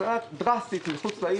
הייתה הוזלה דרסטית של נסיעות מחוץ לעיר,